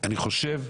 אני חושב,